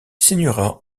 signera